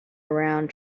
around